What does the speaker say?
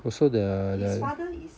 also the the